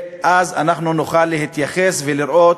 אז אנחנו נוכל להתייחס ולראות,